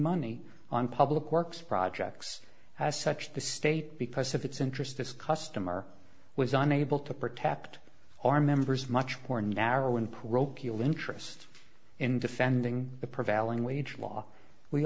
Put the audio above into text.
money on public works projects as such the state because of its interest as a customer was unable to protect our members much more narrow and parochial interests in defending the prevailing wage law we